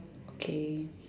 okay